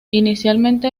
inicialmente